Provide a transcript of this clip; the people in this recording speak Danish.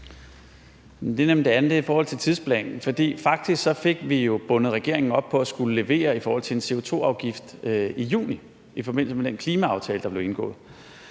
Det er nemlig det andet, altså det i forhold til tidsplanen. Faktisk fik vi jo bundet regeringen op på at skulle levere i forhold til en CO2-afgift i juni i forbindelse med den klimaaftale, der blev indgået.